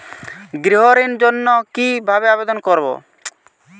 গৃহ ঋণ জন্য কি ভাবে আবেদন করব?